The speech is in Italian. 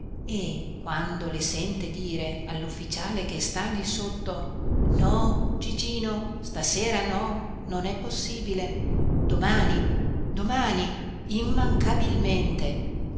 e quando le sente dire allufficiale che sta lì sotto no gigino stasera no non è possibile domani domani immancabilmente